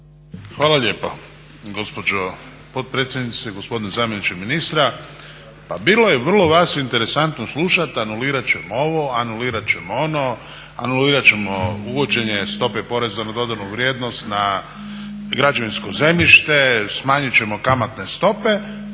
Hvala lijepo gospođo potpredsjednice, gospodine zamjeniče ministra. Pa bilo je vrlo vas interesantno slušati, anulirat ćemo ovo, anulirat ćemo ono, anulirat ćemo uvođenje stope poreza na dodanu vrijednost na građevinsko zemljište, smanjit ćemo kamatne stope